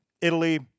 Italy